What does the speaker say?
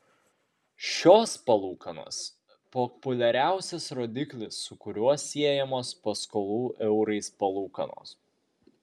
šios palūkanos populiariausias rodiklis su kuriuo siejamos paskolų eurais palūkanos